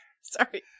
Sorry